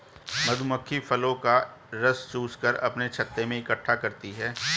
मधुमक्खी फूलों का रस चूस कर अपने छत्ते में इकट्ठा करती हैं